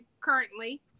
currently